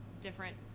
different